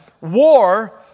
war